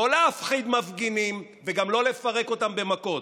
לא להפחיד מפגינים וגם לא לפרק אותם במכות.